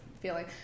feeling